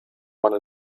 man